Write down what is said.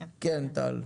כן, טל.